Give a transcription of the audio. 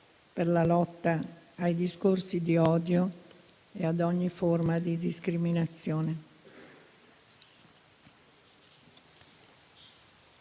per la lotta ai discorsi di odio e ad ogni forma di discriminazione.